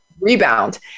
Rebound